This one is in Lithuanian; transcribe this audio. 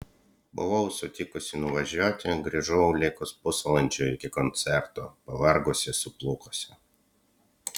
buvau sutikusi nuvažiuoti grįžau likus pusvalandžiui iki koncerto pavargusi suplukusi